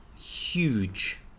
huge